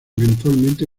eventualmente